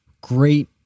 great